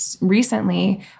recently